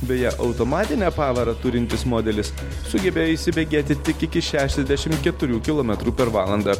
beje automatinę pavarą turintis modelis sugebėjo įsibėgėti tik iki šešiasdešim keturių kilometrų per valandą